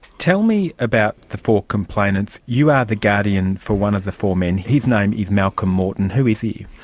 tell me about the four complainants. you are the guardian for one of the four men. his name is malcolm morton. who is he?